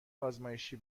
آزمایشی